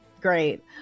Great